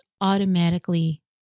automatically